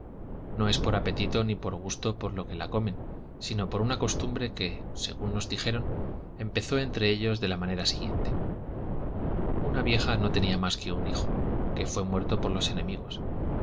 no es por apetito ni por gusto por lo que la comen sino por una costumbre que según nos dijeron empezó entre ellos de la manera siguiente una vieja no tenía mas que un hijo que fué muerto por los enemigos